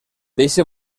deixe